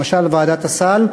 למשל ועדת הסל,